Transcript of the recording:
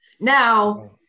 Now